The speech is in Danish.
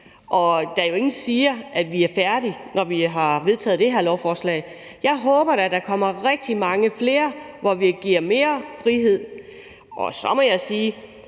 Der er jo ingen, der siger, at vi er færdige, når vi har vedtaget det her lovforslag. Jeg håber da, at der kommer rigtig mange flere, hvor vi giver mere frihed. Så må jeg sige,